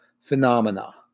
phenomena